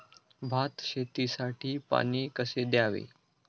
भात शेतीसाठी पाणी कसे द्यावे?